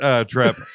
trip